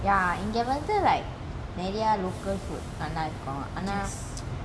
ya இங்க வந்து:inga vanthu like நிறைய:neraya local food நல்ல இருக்கும் அனா:nalla irukum ana